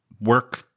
work